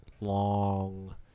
long